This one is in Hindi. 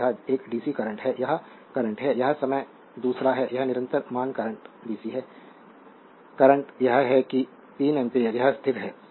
तो यह एक dc करंट है यह current है यह समय दूसरा है यह निरंतर मान करंट dc है करंट यह है कि 3 एम्पीयर यह स्थिर है